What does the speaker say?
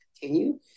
continue